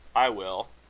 i will,